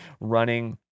running